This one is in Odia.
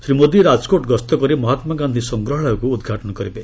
ଶ୍ରୀ ମୋଦି ରାଜକୋଟ ଗସ୍ତ କରି ମହାତ୍ମାଗାନ୍ଧି ସଂଗ୍ରହାଳୟକୁ ଉଦ୍ଘାଟନ କରିବେ